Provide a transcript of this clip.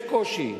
יש קושי.